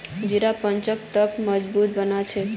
जीरा पाचन तंत्रक मजबूत बना छेक